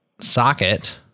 Socket